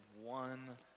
one